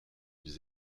des